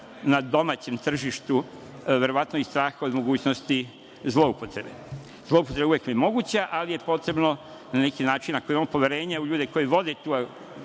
na domaćem tržištu, verovatno ih straha od mogućnosti zloupotrebe. Zloupotreba je uvek moguća, ali posebno na neki način ako imamo poverenje u ljude koji vode tu